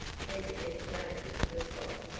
they're the best neighbors we've got.